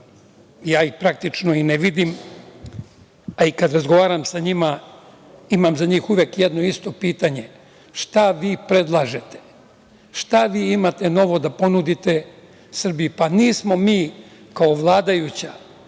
ja ih praktično i ne vidim, a i kada razgovaram sa njima imam za njih uvek jedno isto pitanje – šta vi predlažete, šta vi imate novo da ponudite Srbiji. Nismo mi kao vladajuća